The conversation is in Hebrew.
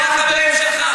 דב, מי החברים שלך?